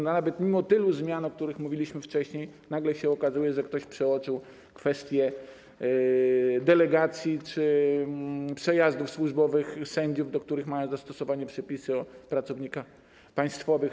Nawet mimo tylu zmian, o których mówiliśmy wcześniej, nagle się okazuje, że ktoś przeoczył kwestię delegacji czy przejazdów służbowych sędziów, do których mają zastosowanie przepisy o pracownikach państwowych.